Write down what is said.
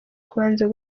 kubanza